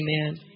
Amen